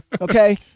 Okay